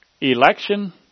Election